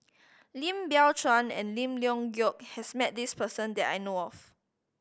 Lim Biow Chuan and Lim Leong Geok has met this person that I know of